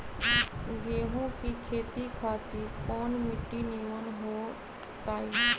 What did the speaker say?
गेंहू की खेती खातिर कौन मिट्टी निमन हो ताई?